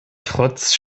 trotz